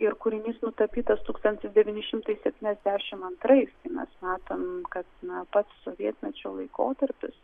ir kūrinys nutapytas tūkstantis devyni šimtai septyniasdešimt antrais tai mes matom kad na pats sovietmečio laikotarpis